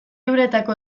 uretako